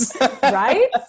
Right